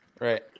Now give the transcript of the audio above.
right